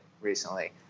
recently